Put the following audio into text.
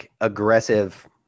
aggressive